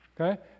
Okay